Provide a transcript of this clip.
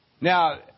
Now